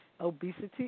obesity